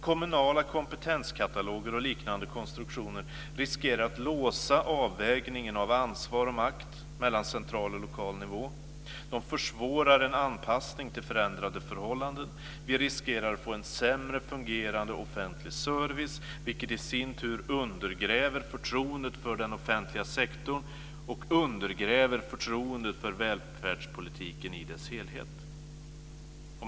Kommunala kompetenskataloger och liknande konstruktioner riskerar att låsa avvägningen av ansvar och makt mellan central och lokal nivå, de försvårar en anpassning till förändrade förhållanden, vi riskerar att få en sämre fungerande offentlig service, vilket i sin tur undergräver förtroendet för den offentliga sektorn och undergräver förtroendet för välfärdspolitiken i dess helhet.